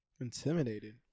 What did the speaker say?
Intimidated